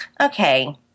Okay